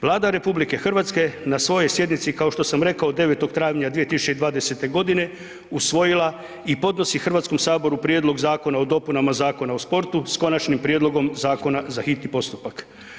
Vlada RH na svojoj sjednici, kao što sam rekao od 9. travnja 2020. g. usvojila i podnosi HS-u Prijedlog zakona o dopunama Zakona o sportu, s konačnim prijedlogom zakona za hitni postupak.